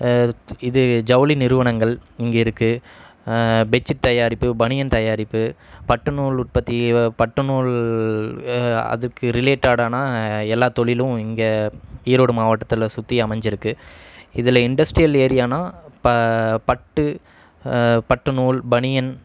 இது ஜவுளி நிறுவனங்கள் இங்கே இருக்குது பெட்ஷீட் தயாரிப்பு பனியன் தயாரிப்பு பட்டுநூல் உற்பத்தி பட்டுநூல் அதுக்கு ரிலேட்டடான எல்லாத் தொழிலும் இங்கே ஈரோடு மாவட்டத்தில் சுற்றி அமைஞ்சிருக்கு இதில் இன்டஸ்ட்ரியல் ஏரியானா இப்போ பட்டு பட்டுநூல் பனியன்